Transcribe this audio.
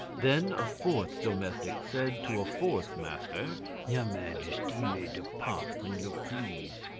then a fourth domestic said to a fourth master your majesty may depart when you please.